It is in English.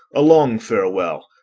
a long farewell!